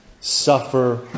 Suffer